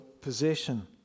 possession